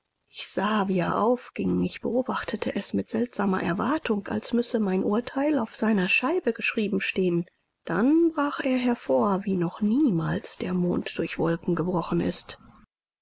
ich sah wie er aufging ich beobachtete es mit seltsamer erwartung als müsse mein urteil auf seiner scheibe geschrieben stehen dann brach er hervor wie noch niemals der mond durch wolken gebrochen ist